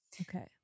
Okay